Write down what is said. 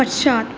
पश्चात्